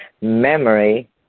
Memory